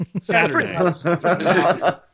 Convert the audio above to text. Saturday